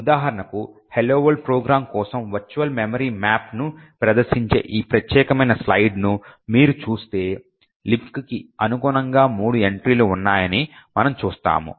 ఉదాహరణకు Hello World program కోసం virtual memory మ్యాప్ను ప్రదర్శించే ఈ ప్రత్యేకమైన స్లైడ్ను మీరు చూస్తే లిబ్క్కి అనుగుణంగా మూడు ఎంట్రీలు ఉన్నాయని మనము చూస్తాము